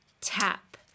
Tap